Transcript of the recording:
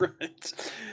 right